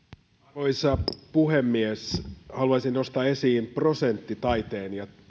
arvoisa puhemies haluaisin nostaa esiin prosenttitaiteen